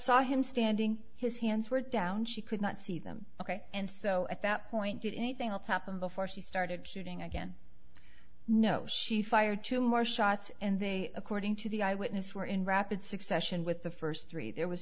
saw him standing his hands were down she could not see them ok and so at that point did anything else happen before she started shooting again no she fired two more shots and they according to the eyewitness were in rapid succession with the first three there was